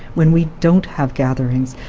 when we don't have gatherings,